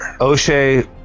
O'Shea